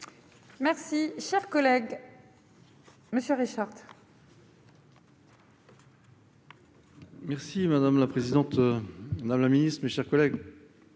Merci,